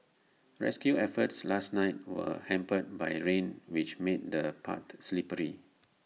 rescue efforts last night were hampered by rain which made the paths slippery